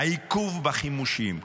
עיכוב בחימושים.